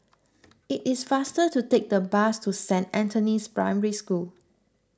it is faster to take the bus to Saint Anthony's Primary School